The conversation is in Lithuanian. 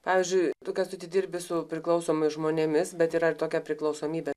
pavyzdžiui tu kęstuti dirbi su priklausomais žmonėmis bet yra ir tokia priklausomybė